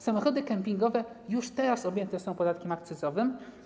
Samochody kempingowe już teraz objęte są podatkiem akcyzowym.